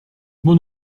mon